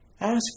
Ask